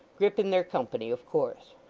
grip in their company, of course.